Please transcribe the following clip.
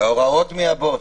זה הוראות מהבוס.